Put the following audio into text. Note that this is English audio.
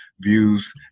views